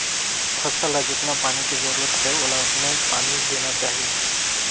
फसल ल जेतना पानी के जरूरत हे ओला ओतने पानी देना चाही